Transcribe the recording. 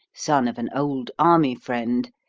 son of an old army friend,